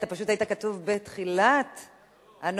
אתה פשוט היית כתוב בתחילת הנואמים,